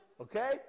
okay